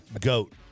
Goat